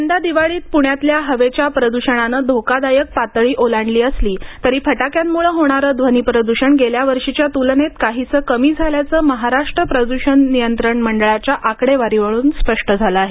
यंदा दिवाळीत पुण्यातल्या हवेच्या प्रदूषणानं धोकादायक पातळी ओलांडली असली तरी फटाक्यांमुळं होणारं ध्वनी प्रदूषण गेल्या वर्षीच्या तुलनेत काहीसं कमी झाल्याचं महाराष्ट्र प्रदूषण नियंत्रण मंडळाच्या आकडीवारीवरून स्पष्ट झालं आहे